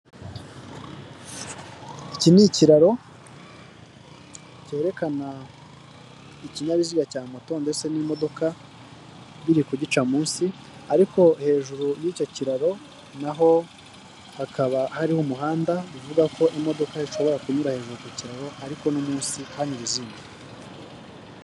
Iki ni ikiraro cyerekana ikinyabiziga cya moto ndetse n'imodoka, biri kugica munsi ariko hejuru y'icyo kiraro na ho hakaba ariho umuhanda uvuga ko imodoka ishobora kunyura hejuru ku kiraro ariko no munsi hanyura izindi.